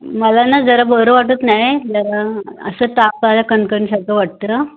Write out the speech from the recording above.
मला ना जरा बरं वाटत नाही आहे जरा असं ताप आला कणकण सारखं वाटतं